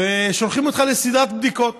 ושולחים אותך לסדרה של בדיקות.